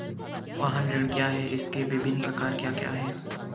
वाहन ऋण क्या है इसके विभिन्न प्रकार क्या क्या हैं?